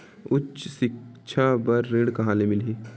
उच्च सिक्छा बर ऋण कहां ले मिलही?